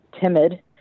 timid